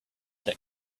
that